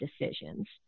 decisions